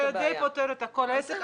זה די פותר את כל העסק.